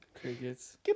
crickets